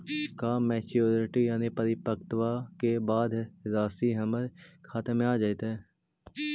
का मैच्यूरिटी यानी परिपक्वता के बाद रासि हमर खाता में आ जइतई?